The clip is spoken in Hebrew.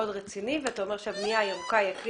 רציני ואתה אומר שהבנייה הירוקה היא הכלי